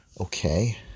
Okay